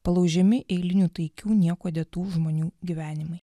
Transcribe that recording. palaužiami eilinių taikių niekuo dėtų žmonių gyvenimai